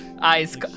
Eyes